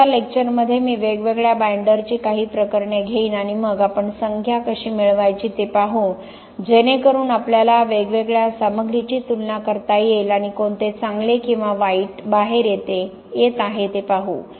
पुढच्या लेक्चरमध्ये मी वेगवेगळ्या बाइंडरची काही प्रकरणे घेईन आणि मग आपण संख्या कशी मिळवायची ते पाहू जेणेकरून आपल्याला वेगवेगळ्या सामग्रीची तुलना करता येईल आणि कोणते चांगले किंवा वाईट बाहेर येत आहे ते पाहू